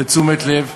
לתשומת לב.